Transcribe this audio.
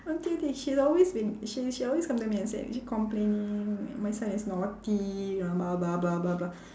she'll always been she she always come near me and said keep complaining my my son is naughty you know blah blah blah blah blah